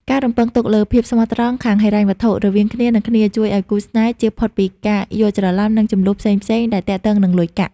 ការរំពឹងទុកលើ "ភាពស្មោះត្រង់ខាងហិរញ្ញវត្ថុ" រវាងគ្នា និងគ្នា ជួយឱ្យគូស្នេហ៍ជៀសផុតពីការយល់ច្រឡំ និងជម្លោះផ្សេងៗដែលទាក់ទងនឹងលុយកាក់។